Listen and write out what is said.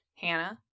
Hannah